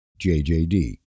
JJD